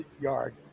yard